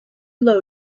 low